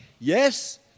Yes